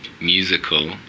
musical